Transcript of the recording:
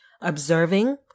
observing